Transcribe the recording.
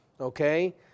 Okay